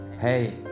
hey